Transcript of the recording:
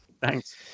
Thanks